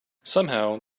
somehow